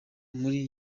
muri